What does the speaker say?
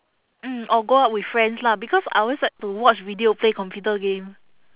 mm or go out with friends lah because I always like to watch video play computer game